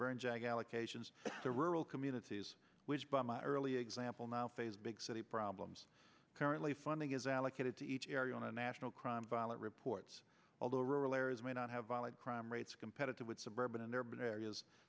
brain jag allocations the rural communities which by my early example now faces big city problems currently funding is allocated to each area on a national crime violent reports although rural areas may not have violent crime rates competitive with suburban urban areas